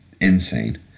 insane